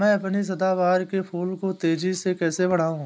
मैं अपने सदाबहार के फूल को तेजी से कैसे बढाऊं?